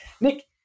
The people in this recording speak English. Nick